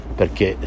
perché